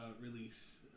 release